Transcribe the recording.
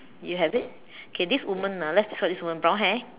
do you have it okay this woman ah let's describe this woman brown hair